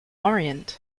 orient